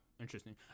interesting